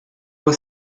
were